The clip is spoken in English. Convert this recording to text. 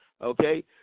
Okay